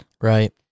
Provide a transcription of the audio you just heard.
right